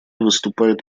выступает